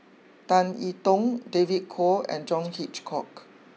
Tan E Tong David Kwo and John Hitchcock